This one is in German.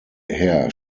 herr